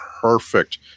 perfect